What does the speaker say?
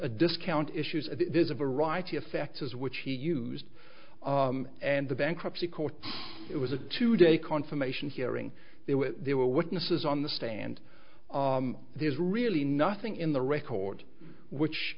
a discount issues and there's a variety of factors which he used and the bankruptcy court it was a two day confirmation hearing they were there were witnesses on the stand there's really nothing in the record which